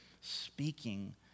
speaking